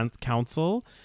Council